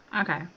okay